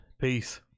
Peace